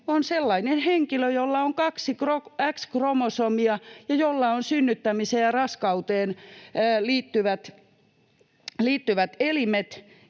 on sellainen henkilö, jolla on kaksi X-kromosomia ja jolla on synnyttämiseen ja raskauteen liittyvät elimet